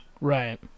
Right